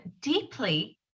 deeply